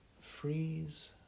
freeze